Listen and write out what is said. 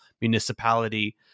municipality